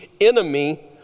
enemy